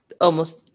Almost-